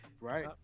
right